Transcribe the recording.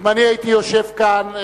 אם אני הייתי יושב כאן,